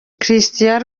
christian